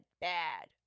bad